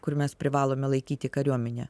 kur mes privalome laikyti kariuomenę